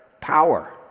power